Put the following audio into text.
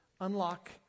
unlock